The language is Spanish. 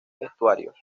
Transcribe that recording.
estuarios